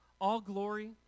all-glory